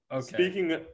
Speaking